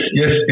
yes